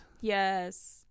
Yes